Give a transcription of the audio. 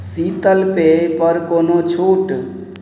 शीतल पेयपर कोनो छूट